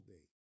Day